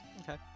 okay